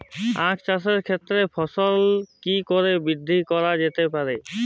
আক চাষের ক্ষেত্রে ফলন কি করে বৃদ্ধি করা যেতে পারে?